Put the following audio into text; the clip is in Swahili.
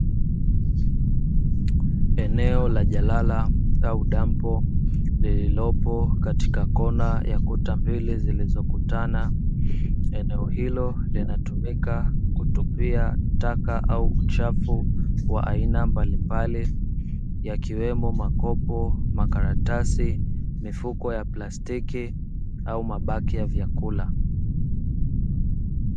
Eneo la jalala au dampo lililopo katika kona ya kuta mbili zilizokutana, eneo hilo linatumika kutupia taka au uchafu wa aina mbali mbali yakiwemo; makopo, makaratasi, mifuko ya plastiki au mabaki ya vyakula.